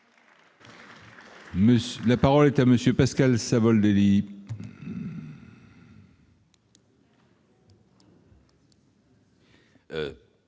La parole est à M. Pascal Savoldelli,